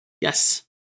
Yes